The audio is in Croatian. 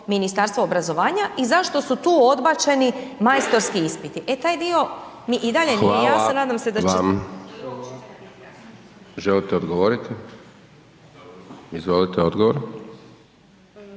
Ministarstvo obrazovanja i zašto su tu odbačeni majstorski ispiti? E taj dio mi i dalje nije jasan, nadam se …/Upadica: Hvala vam./…